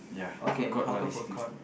okay hawker food court